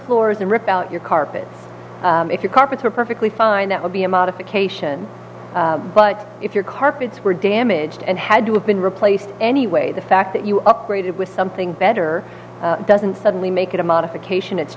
floors and rip out your carpet if your carpets were perfectly fine that would be a modification but if your carpets were damaged and had to have been replaced anyway the fact that you upgraded with something better doesn't suddenly make it a modification it's